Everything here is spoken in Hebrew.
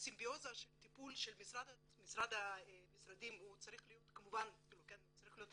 הסימביוזה של הטיפול של המשרדים צריך להיות מובן מאליו.